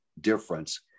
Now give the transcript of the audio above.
difference